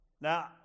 Now